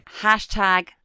Hashtag